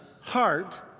heart